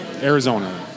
Arizona